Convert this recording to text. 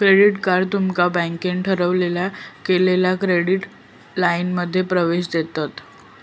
credit card तुमका बँकेन ठरवलेल्या केलेल्या क्रेडिट लाइनमध्ये प्रवेश देतत